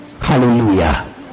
Hallelujah